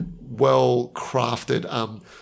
well-crafted